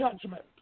judgment